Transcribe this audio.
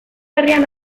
herrian